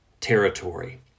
territory